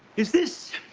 is this